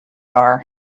are